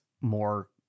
more